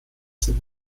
sind